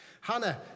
Hannah